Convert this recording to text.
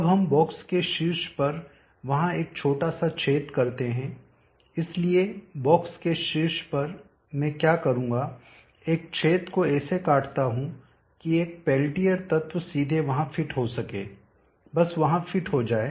अब हम बॉक्स के शीर्ष पर वहां एक छोटा सा छेद करते हैं इसलिए बॉक्स के शीर्ष पर मैं क्या करूंगा एक छेद को ऐसे काटता हूं कि एक पेल्टियर तत्व सीधे वहां फिट हो सके बस वहां फिट हो जाए